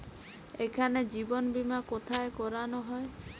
এখানে জীবন বীমা কোথায় করানো হয়?